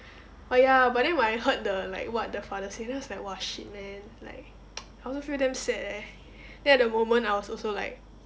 oh ya but then when I heard the like what the father say then I was like !wah! shit man like I also feel damn sad eh then at the moment I was also like